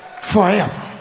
forever